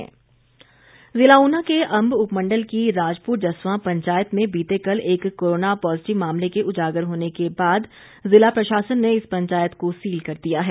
Una corona जिला ऊना के अंब उपमंडल की राजपुर जस्वां पंचायत में बीते कल एक कोरोना पॉजिटिव मामले के उजागर होने के बाद ज़िला प्रशासन ने इस पंचायत को सील कर दिया है